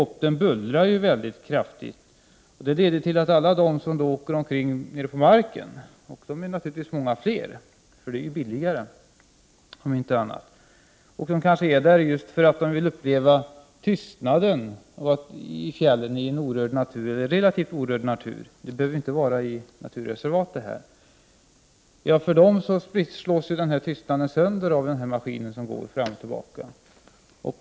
Det leder till att för alla dem som åker omkring nere på marken slås tystnaden sönder av maskinen som går fram och tillbaka. De som åker på marken är naturligtvis många fler. Det är ju billigare, om inte annat. De kanske är där just för att de vill uppleva tystnaden i fjällen i en 31 relativt orörd natur. Det behöver ju inte röra sig om ett naturreservat.